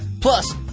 plus